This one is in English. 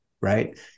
right